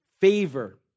favor